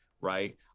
right